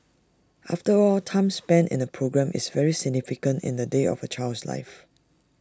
after all time spent in A programme is very significant in the day of A child's life